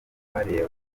barebe